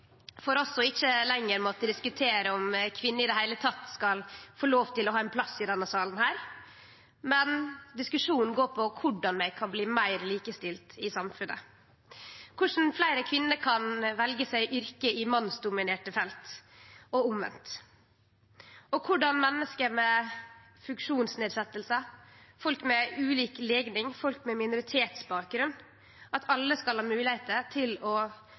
for oss ikkje lenger å måtte diskutere om kvinner i det heile skal få lov til å ha ein plass i denne salen. Diskusjonen går på korleis vi kan bli meir likestilte i samfunnet, korleis fleire kvinner kan velje seg yrke i mannsdominerte felt og omvendt, og korleis menneske med funksjonsnedsetjingar, folk med ulik legning, folk med minoritetsbakgrunn – alle – skal ha moglegheiter til å